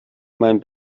mein